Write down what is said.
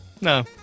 No